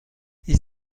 هیچ